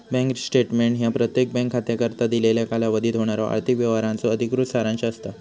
bank statement ह्या प्रत्येक bank खात्याकरता दिलेल्या कालावधीत होणारा आर्थिक व्यवहारांचा अधिकृत सारांश असता